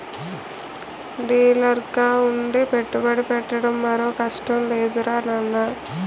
డీలర్గా ఉండి పెట్టుబడి పెట్టడం మరో కష్టం లేదురా నాన్నా